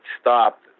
stopped